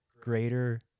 greater